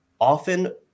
often